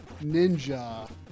ninja